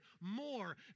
more